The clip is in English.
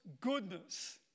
goodness